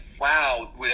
wow